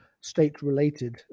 state-related